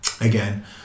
Again